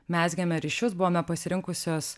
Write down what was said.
mezgėme ryšius buvome pasirinkusios